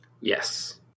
yes